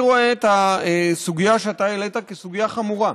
אני רואה את הסוגיה שאתה העלית כסוגיה חמורה.